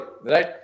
right